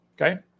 okay